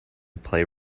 play